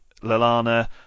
Lalana